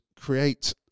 create